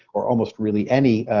or almost really any,